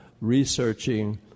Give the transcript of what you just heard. researching